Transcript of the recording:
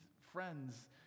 friends